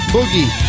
Boogie